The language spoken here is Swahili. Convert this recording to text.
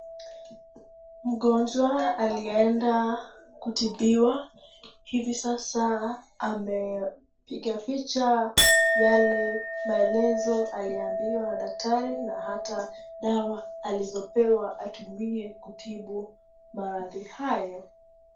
Mgonjwa aliyeenda kutibiwa hivi sasa amepiga picha yale maelezo aliyeambiwa na daktari na hata dawa alizopewa atumie kutibu maradhi hayo.